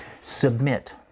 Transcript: submit